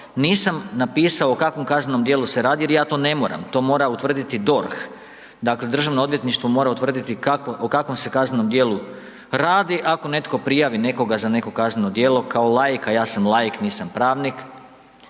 nisam napisao o kakvom kaznenom djelu se radi jer ja to ne moram, to mora utvrditi DORH. Dakle, Državno odvjetništvo mora utvrditi o kakvom se kaznenom djelu radi ako netko prijavi nekoga za neko kazneno djelo kao laik, a ja sam laik, nisam pravnik,